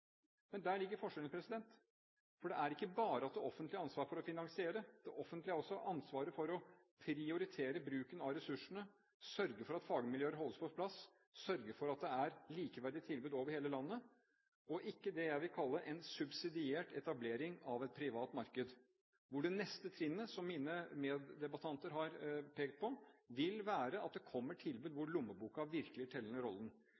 Men der ligger forskjellen, for det er ikke bare det at det offentlige har ansvaret for å finansiere, det offentlige har også ansvaret for å prioritere bruken av ressursene, sørge for at fagmiljøer holdes på plass, sørge for at det er likeverdige tilbud over hele landet, og ikke det jeg vil kalle en subsidiert etablering av et privat marked, hvor det neste trinnet, som mine meddebattanter har pekt på, vil være at det kommer tilbud hvor lommeboka virkelig får den tellende rollen.